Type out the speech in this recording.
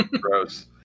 Gross